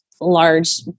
large